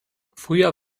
früher